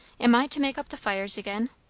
am i to make up the fires again?